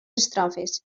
estrofes